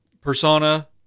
persona